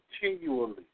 continually